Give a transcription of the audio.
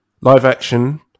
live-action